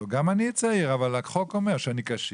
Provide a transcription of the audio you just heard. גם אני צעיר, אבל החוק אומר שאני קשיש.